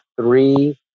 three